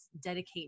dedicate